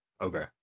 Okay